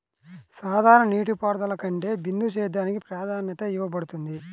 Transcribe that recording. సాధారణ నీటిపారుదల కంటే బిందు సేద్యానికి ప్రాధాన్యత ఇవ్వబడుతుంది